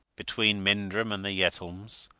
between mindrum and the yetholms,